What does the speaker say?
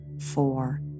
four